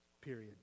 period